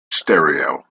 stereo